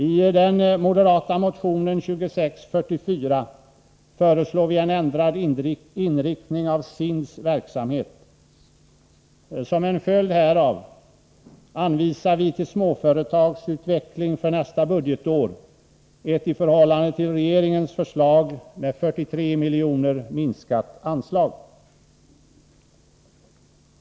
I den moderata motionen 2644 föreslår vi en ändrad inriktning av SIND:s verksamhet. Som en följd härav förordar vi till småföretagsutveckling för nästa budgetår ett i förhållande till regeringens förslag med 43 miljoner minskat anslag.